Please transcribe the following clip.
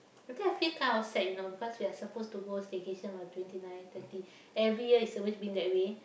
I think I feel kind of sad you know because we are supposed to go staycation on twenty nine thirty every year it always been that way